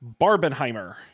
barbenheimer